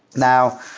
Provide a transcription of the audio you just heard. now,